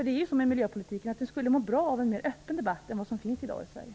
Det är ju så med miljöpolitiken - den skulle må bra av en mer öppen debatt än vi har i dag i Sverige.